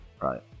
Right